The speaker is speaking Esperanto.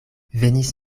venis